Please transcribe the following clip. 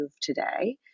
today